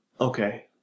Okay